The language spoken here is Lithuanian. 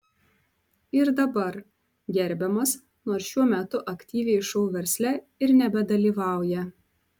ir dabar gerbiamas nors šiuo metu aktyviai šou versle ir nebedalyvauja